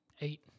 eight